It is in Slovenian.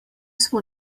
smo